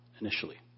initially